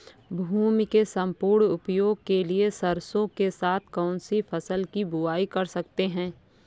भूमि के सम्पूर्ण उपयोग के लिए सरसो के साथ कौन सी फसल की बुआई कर सकते हैं?